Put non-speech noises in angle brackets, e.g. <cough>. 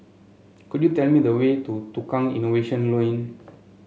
could you tell me the way to Tukang Innovation <unintelligible>